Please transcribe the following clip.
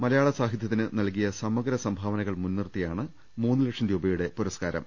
മലയാള സാഹിത്യത്തിന് നൽകിയ സമ ഗ്രസംഭാവനകൾ മുൻനിർത്തിയാണ് മൂന്ന് ലക്ഷം രൂപയുടെ പുര സ്കാരം